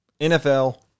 NFL